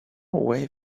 way